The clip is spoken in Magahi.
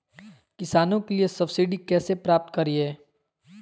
किसानों के लिए सब्सिडी कैसे प्राप्त करिये?